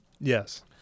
Yes